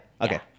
okay